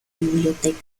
biblioteca